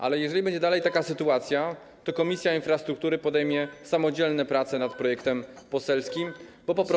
Ale jeżeli nadal będzie taka sytuacja, to Komisja Infrastruktury podejmie samodzielne prace nad projektem poselskim, bo po prostu.